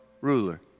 ruler